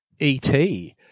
ET